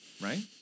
Right